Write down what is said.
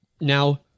Now